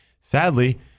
Sadly